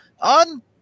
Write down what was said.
On